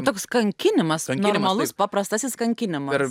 toks kankinimas normalus paprastasis kankinimas